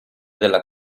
della